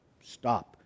Stop